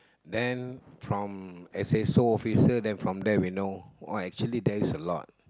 then from S A S O officer then we know oh actually there is a lot